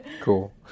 Cool